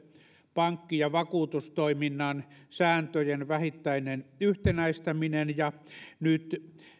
pankki ja vakuutustoiminnan sääntöjen vähittäinen yhtenäistäminen nyt